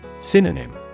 Synonym